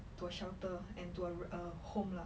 to shelter and to a a home lah